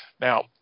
Now